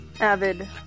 avid